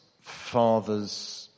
father's